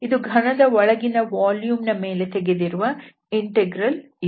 ಈ ಘನದ ಒಳಗಿನ ವಾಲ್ಯೂಮ್ ನ ಮೇಲೆ ತೆಗೆದಿರುವ ಇಂಟೆಗ್ರಲ್ ಇದು